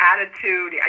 attitude